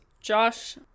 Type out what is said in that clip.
Josh